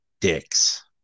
dicks